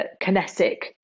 kinetic